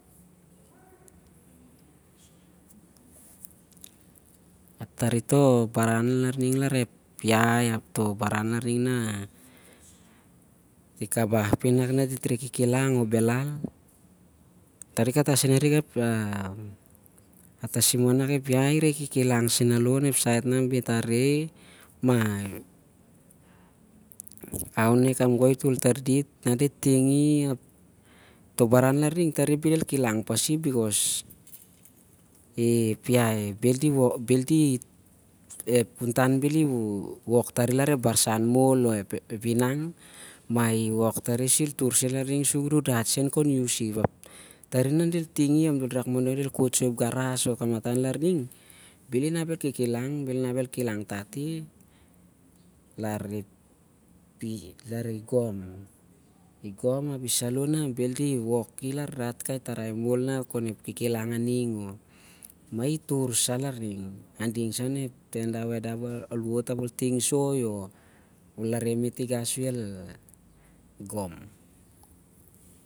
Tari toh baran larning larep iahi or di reh kabah nah dit reh kikilang o- bhelal. Tari tah- sen arik, ep iahi e reh kikilang senaloh onep taem nah di- ting i ap bhel inap el kilang tat- i mahi tur sa larning sur el gom.